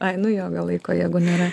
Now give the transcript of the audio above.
ai nu jo gal laiko jeigu nėra